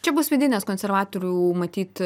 čia bus vidinės konservatorių matyt